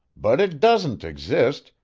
but it doesn't exist,